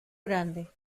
grande